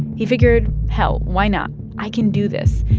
he figured hell, why not? i can do this.